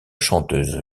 chanteuse